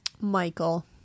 Michael